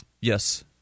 Yes